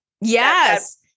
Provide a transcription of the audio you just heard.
Yes